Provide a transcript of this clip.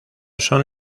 son